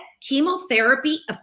Chemotherapy